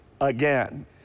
again